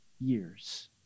years